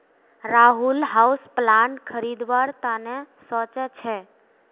Rahul houseplant खरीदवार त न सो च छ